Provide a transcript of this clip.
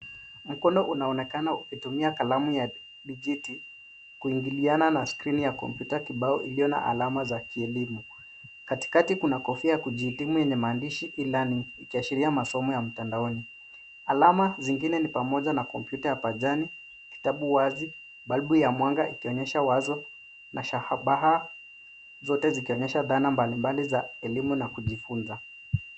Mkono unaonekana ukitumia kalamu wa vijiti kuingiliana na skrini ya kompyuta kibao ilio na alama za kielimu. Katikati kuna kofia ya kujihitimu yenye maandishi e-learning ikiashiria masomo ya mtandaoni. Alama zingine ni pamoja na kompyuta ya pajani, kitabu wazi, balbu ya mwanga ikionyesha waza na shabaha zote zikionyesha dhana mbalimbali za elimu na kujifunza.